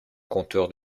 compteur